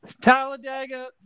Talladega